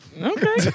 Okay